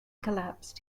collapsed